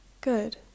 Good